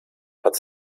hat